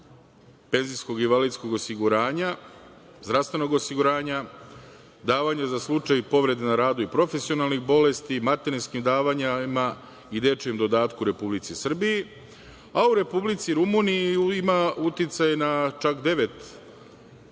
penzijskog i invalidskog osiguranja, zdravstvenog osiguranja, davanja za slučaj povrede na radu i profesionalnih bolesti, materinskih davanja i dečijem dodatku Republici Srbiji, a u Republici Rumuniji ima uticaj na čak devet